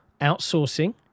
outsourcing